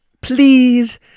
Please